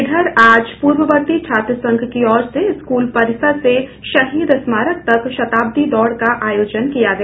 इधर आज पूर्ववर्ती छात्र संघ की ओर से स्कूल परिसर से शहीद स्मारक तक शताब्दी दौड़ का आयोजन किया गया